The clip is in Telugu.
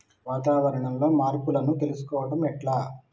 వాతావరణంలో మార్పులను తెలుసుకోవడం ఎట్ల?